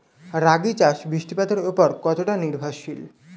রাগী চাষ বৃষ্টিপাতের ওপর কতটা নির্ভরশীল?